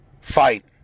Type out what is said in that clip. Fight